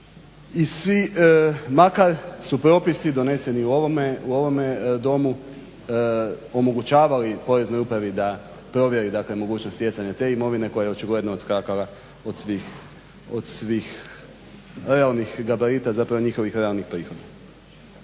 uprave makar su propisi doneseni u ovome Domu omogućavali Poreznoj upravi da provjeri, dakle mogućnost stjecanja te imovine koja je očigledno odskakala od svih realnih gabarita, zapravo njihovih realnih prihoda.